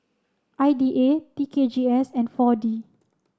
I D A T K G S and four D